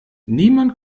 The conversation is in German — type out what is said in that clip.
niemand